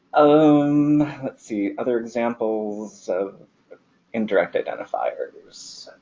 um let's see, other examples of indirect identifiers